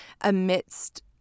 amidst